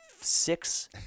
six